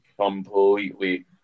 completely